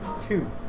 two